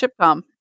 chipcom